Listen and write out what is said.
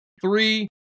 Three